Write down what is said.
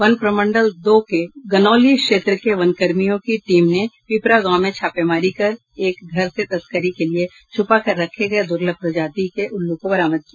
one प्रमंडल दो के गनौली क्षेत्र के वनकर्मियों की टीम ने पीपरा गांव में छापेमारी कर एक घर से तस्करी के लिए छुपाकर रखे गये दुर्लभ प्रजाति के उल्लू को बरामद किया